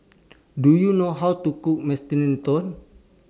Do YOU know How to Cook